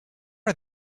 are